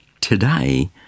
today